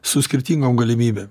su skirtingom galimybėm